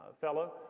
fellow